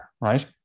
Right